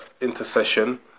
intercession